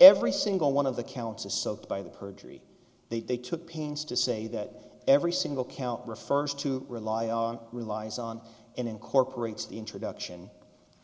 every single one of the counts is soaked by the perjury they took pains to say that every single count refers to rely on relies on and incorporates the introduction